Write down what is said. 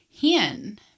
hen